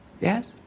Yes